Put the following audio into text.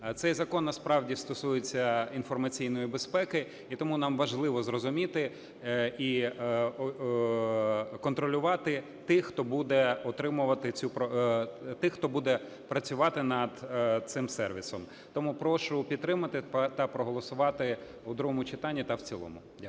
цей закон насправді стосується інформаційної безпеки. І тому нам важливо зрозуміти і контролювати тих, хто буде працювати над цим сервісом. Тому прошу підтримати та проголосувати у другому читанні та в цілому.